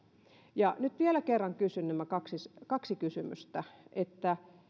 nyt vielä kerran kysyn nämä kaksi kaksi kysymystä